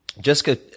Jessica